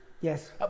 Yes